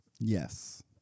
Yes